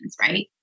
right